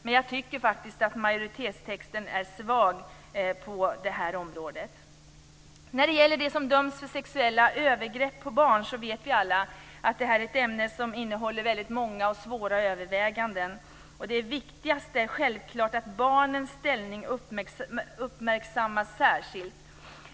Men jag tycker faktiskt att majoritetstexten är svag på det här området. Sexuella övergrepp på barn vet vi alla är ett ämne som innehåller väldigt många och svåra överväganden. Det viktigaste är självklart att barnens ställning uppmärksammas särskilt.